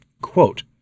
Quote